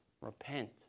repent